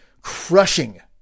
crushing